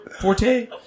forte